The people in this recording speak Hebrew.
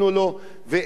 ואין מנוס,